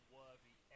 worthy